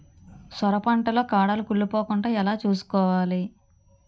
సొర పంట లో కాడలు కుళ్ళి పోకుండా ఎలా చూసుకోవాలి?